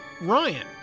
ryan